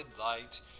light